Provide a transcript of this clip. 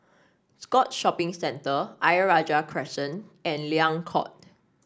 Scotts Shopping Centre Ayer Rajah Crescent and Liang Court